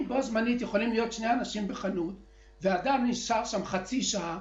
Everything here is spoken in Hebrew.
אם בחנות יכולים להיות בו-זמנית שני אנשים והלקוח נשאר שם חצי שעה,